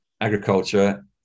agriculture